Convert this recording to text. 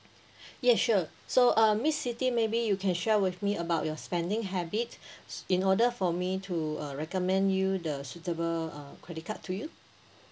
yes sure so uh miss siti maybe you can share with me about your spending habit in order for me to uh recommend you the suitable uh credit card to you